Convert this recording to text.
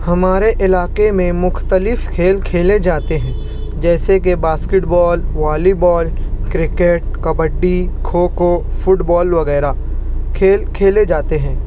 ہمارے علاقے میں مختلف کھیل کھیلے جاتے ہیں جیسے کہ basketball volleyball cricket kabaddi kho kho football وغیرہ کھیل کھیلے جاتے ہیں